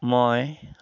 মই